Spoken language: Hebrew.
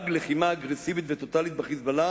רק לחימה אגרסיבית וטוטלית ב"חיזבאללה"